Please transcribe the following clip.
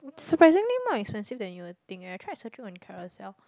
surprisingly not as expensive then you will think eh I tried searching on Carousel